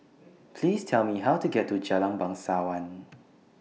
Please Tell Me How to get to Jalan Bangsawan